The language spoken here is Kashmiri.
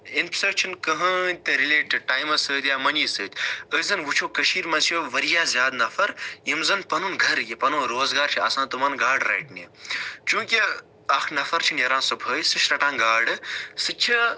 اَمہِ سۭتۍ چھِنہٕ کٔہٲنۍ تہِ رِلیٹِڈ ٹایمَس سۭتۍ یا موٚنی سۭتۍ أسۍ زَن وُچھو کٔشیٖرِ منٛز چھِ واریاہ زیادٕ نفر یِم زَن پَنُن گھرٕ یہِ پَنُن روزگار چھِ آسان تِمَن گاڈٕ رَٹنہِ چونٛکہ اَکھ نفر چھُ نیران صُبحٲے سُہ چھُ رَٹان گاڈٕ سُہ چھُ